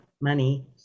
money